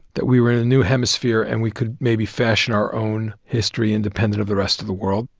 that we were in a new hemisphere and we could maybe fashion our own history independent of the rest of the world.